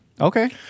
Okay